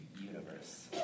universe